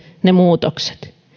ne muutokset